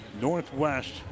Northwest